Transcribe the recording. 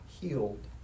healed